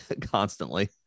constantly